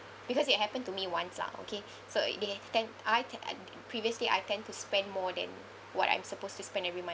because it happened to me once lah okay so they h~ tend I t~ I previously I tend to spend more than what I'm supposed to spend every month